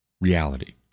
reality